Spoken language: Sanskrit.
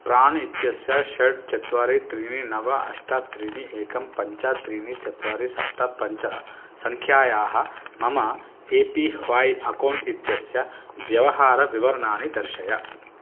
प्राण् इत्यस्य षड् चत्वारि त्रीणि नव अष्ट त्रीणि एकं पञ्च त्रीणि चत्वारि सप्त पञ्च सङ्ख्यायाः मम ए पी व्हाय् अकौण्ट् इत्यस्य व्यवहारविवरणानि दर्शय